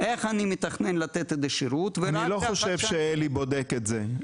איך אני מתכנן לתת את השירות -- אני לא חושב שאלי בודק את זה.